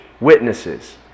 Witnesses